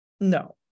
No